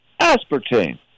aspartame